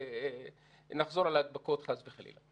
ונחזור על ההדבקות, חס וחלילה.